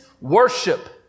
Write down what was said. Worship